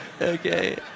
Okay